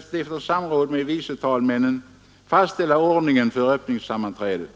efter samråd med vice talmännen fastställa ordningen för öppningssammanträdet.